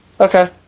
Okay